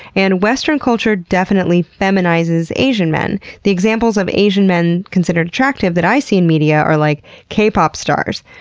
and western culture definitely feminizes asian men. the examples of asian men considered attractive that i see in media are, like, k-pop stars.